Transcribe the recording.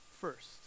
First